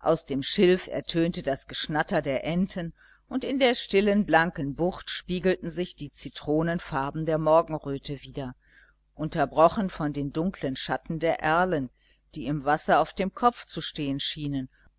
aus dem schilf ertönte das geschnatter der enten und in der stillen blanken bucht spiegelten sich die zitronenfarben der morgenröte wider unterbrochen von den dunklen schatten der erlen die im wasser auf dem kopf zu stehen